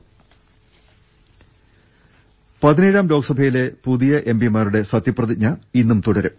ങ്ങ ൽ പതിനേഴാം ലോക്സഭയിലെ പുതിയ എംപിമാരുടെ സത്യ പ്രതിജ്ഞ ഇന്നും തുടരും